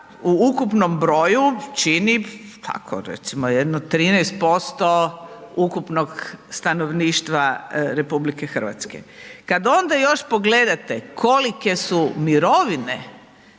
u ukupnom broju čini, pa recimo jedno 13% ukupnog stanovništva RH. Kada onda još pogledate kolike su mirovine